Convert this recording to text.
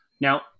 Now